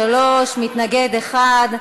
בעד, 43, מתנגד אחד.